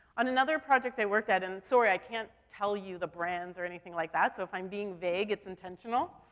on another project i worked at, and sorry i can't tell you the brands or anything like that, so if i'm being vague, it's intentional.